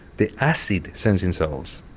the acid sensing cells,